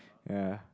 ya